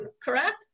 correct